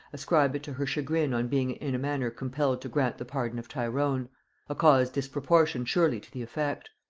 ascribed it to her chagrin on being in a manner compelled to grant the pardon of tyrone a cause disproportioned surely to the effect.